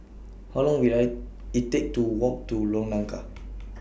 How Long Will I IT Take to Walk to Lorong Car